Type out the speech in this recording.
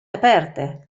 aperte